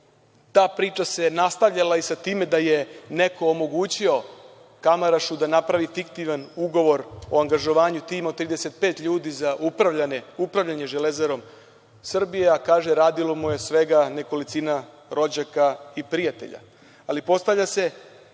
ta priča se nastavljala i sa time da je neko omogućio Kamarašu da napravi fiktivan ugovor o angažovanju tima od 35 ljudi za upravljanje „Železarom“ a kaže radilo mu je svega nekolicina rođaka i prijatelja. Postavlja se